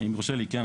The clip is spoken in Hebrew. אם יורשה לי, כן?